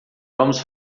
vamos